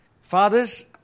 Fathers